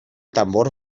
tambor